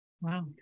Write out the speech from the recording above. Wow